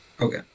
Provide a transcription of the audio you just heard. Okay